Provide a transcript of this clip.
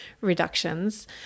reductions